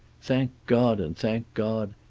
thank god and thank god,